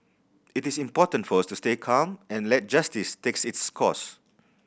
it is important for us to stay calm and let justice takes its course